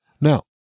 Now